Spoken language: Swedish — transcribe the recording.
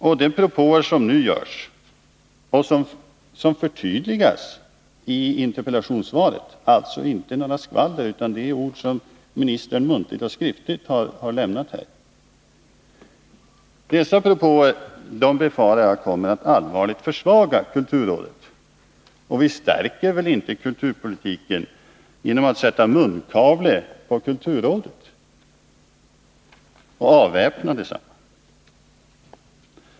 Och de propåer som nu görs och som förtydligas i interpellationssvaret — det är alltså inte fråga om skvaller, utan ministern har muntligt och skriftligt gjort dessa förtydliganden — befarar jag allvarligt kommer att försvaga kulturrådet. Vi stärker väl inte kulturpolitiken genom att sätta munkavle på kulturrådet och avväpna det?